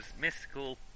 mystical